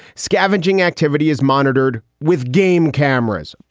scavenging activity is monitored with game cameras.